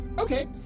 Okay